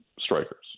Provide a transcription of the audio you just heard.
strikers